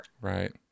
Right